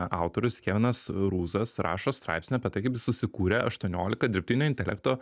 autorius kevinas rūzas rašo straipsnį apie tai kaip jis susikūrė aštuoniolika dirbtinio intelekto